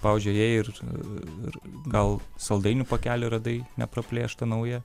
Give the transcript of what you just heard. pavyzdžiui ėjai ir gal saldainių pakelį radai nepraplėštą naują